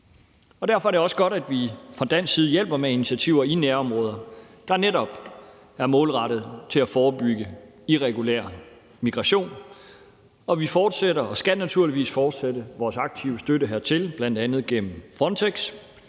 Derfor er det også godt, at vi fra dansk side hjælper med initiativer i nærområderne, der netop er målrettet at forebygge irregulær migration. Og vi fortsætter og skal naturligvis fortsætte vores aktive støtte hertil, bl.a. gennem Frontex,